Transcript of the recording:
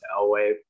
Elway